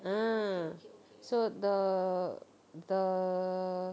ah so the the